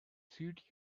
suit